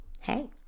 Hey